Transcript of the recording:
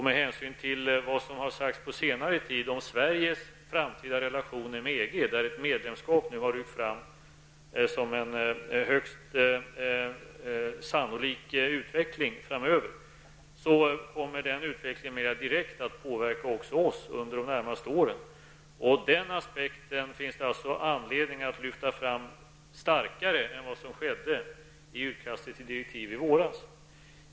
Med hänsyn till vad som har sagts på senare tid om Sveriges framtida relationer med EG, där ett medlemskap har ryckt fram som en högst sannolik utveckling framöver, kommer den utvecklingen mera direkt att påverka oss under de närmaste åren. Det finns anledning att lyfta fram den aspekten starkare än vad som skedde i utkasten till direktiv i våras.